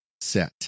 set